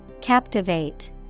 Captivate